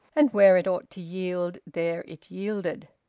and where it ought to yield, there it yielded.